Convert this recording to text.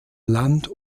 land